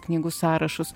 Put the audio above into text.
knygų sąrašus